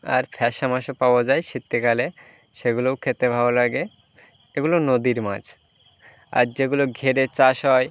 আর ফ্যাসা মাছও পাওয়া যায় শীতকালে সেগুলোও খেতে ভালো লাগে এগুলো নদীর মাছ আর যেগুলো ঘেরে চাষ হয়